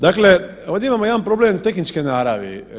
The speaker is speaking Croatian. Dakle, ovdje imamo jedan problem tehničke naravi.